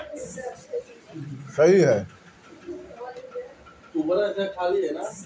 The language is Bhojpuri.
केहू के पईसा देवे के बाटे तअ तू ओके चेक काट के पइया दे सकत बाटअ